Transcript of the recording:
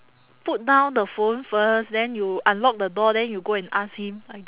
put down the phone first then you unlock the door then you go and ask him I g~